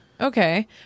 Okay